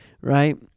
right